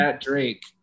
Drake